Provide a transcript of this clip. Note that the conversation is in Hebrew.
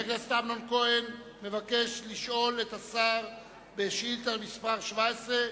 חבר הכנסת אמנון כהן מבקש לשאול את השר בשאילתא מס' 17,